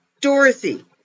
Dorothy